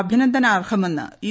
അഭിനന്ദനാർഹമെന്ന് U